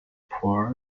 poor